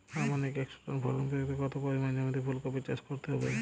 আনুমানিক একশো টন ফলন পেতে কত পরিমাণ জমিতে ফুলকপির চাষ করতে হবে?